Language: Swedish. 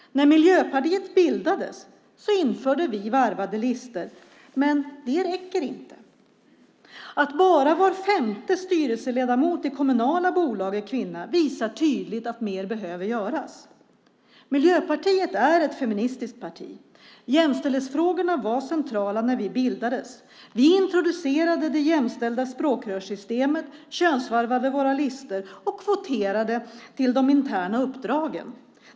När Miljöpartiet bildades införde vi varvade listor, men det räcker inte. Att bara var femte styrelseledamot i kommunala bolag är kvinna visar tydligt att mer behöver göras. Miljöpartiet är ett feministiskt parti. Jämställdhetsfrågorna var centrala när vi bildades. Vi introducerade det jämställda språkrörssystemet, könsvarvade våra listor och kvoterade till de interna uppdragen.